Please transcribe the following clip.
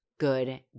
good